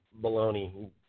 baloney